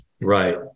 Right